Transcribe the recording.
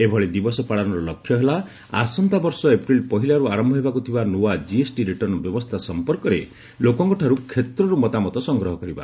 ଏଭଳି ଦିବସ ପାଳନର ଲକ୍ଷ୍ୟ ହେଲା ଆସନ୍ତାବର୍ଷ ଏପ୍ରିଲ୍ ପହିଲାରୁ ଆରମ୍ଭ ହେବାକୁ ଥିବା ନୂଆ ଜିଏସ୍ଟି ରିଟର୍ଣ୍ଣ ବ୍ୟବସ୍ଥା ସମ୍ପର୍କରେ ଲୋକଙ୍କଠାରୁ କ୍ଷେତ୍ରରୁ ମତାମତ ସଂଗ୍ରହ କରିବା